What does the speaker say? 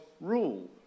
rule